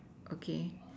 okay